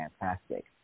fantastic